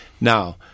Now